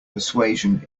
persuasion